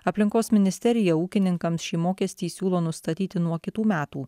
aplinkos ministerija ūkininkams šį mokestį siūlo nustatyti nuo kitų metų